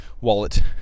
wallet